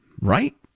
Right